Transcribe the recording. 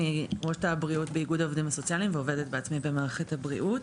ראש תא הבריאות באיגוד העובדים הסוציאליים ועובדת בעצמי במערכת הבריאות.